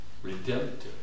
redemptive